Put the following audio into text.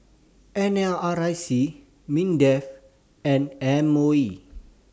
N L R I C Mindef and M O E